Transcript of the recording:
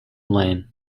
lane